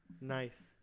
Nice